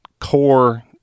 core